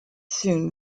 soon